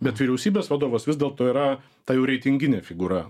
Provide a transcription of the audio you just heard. bet vyriausybės vadovas vis dėlto yra ta jau reitinginė figūra